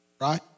right